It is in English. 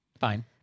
Fine